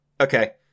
Okay